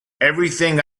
everything